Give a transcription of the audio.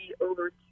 over